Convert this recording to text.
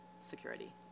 security